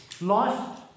Life